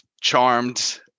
charmed